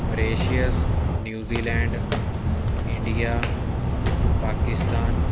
Mauritius New Zealand India Pakistan